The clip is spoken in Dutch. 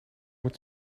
het